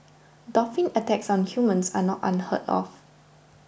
dolphin attacks on humans are not unheard of